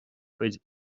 cuid